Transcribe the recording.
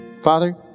Father